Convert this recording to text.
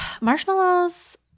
marshmallows